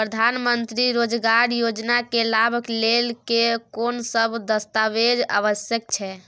प्रधानमंत्री मंत्री रोजगार योजना के लाभ लेव के कोन सब दस्तावेज आवश्यक छै?